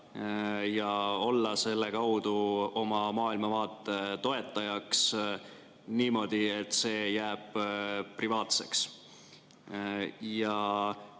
ja olla selle kaudu oma maailmavaate toetajaks niimoodi, et see jääb privaatseks.